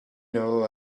know